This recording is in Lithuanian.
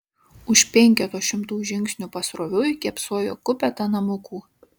už penketo šimtų žingsnių pasroviui kėpsojo kupeta namukų